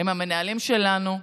הם המנהלים שלנו,